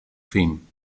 fin